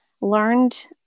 learned